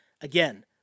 Again